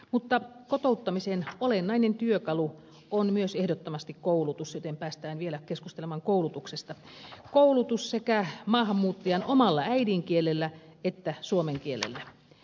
mutta kotouttamisen olennainen työkalu on myös ehdottomasti koulutus joten päästään vielä keskustelemaan koulutuksesta koulutus sekä maahanmuuttajan omalla äidinkielellä että suomen kielellä